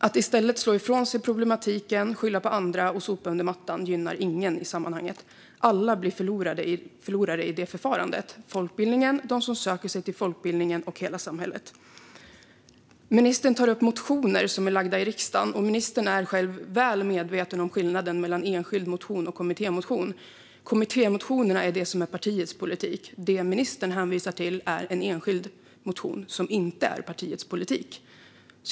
Att i stället slå ifrån sig problematiken, skylla på andra och sopa under mattan gynnar ingen i sammanhanget. Alla blir förlorare i det förfarandet: folkbildningen, de som söker sig till folkbildningen och hela samhället. Ministern tar upp motioner som har väckts i riksdagen, och ministern är själv väl medveten om skillnaden mellan enskild motion och kommittémotion. Kommittémotionerna är partiets politik, men det ministern hänvisar till är enskilda motioner som inte är partiets politik.